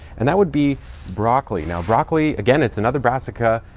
and that would be broccoli. now broccoli, again it's another brassica,